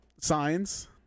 Signs